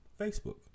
Facebook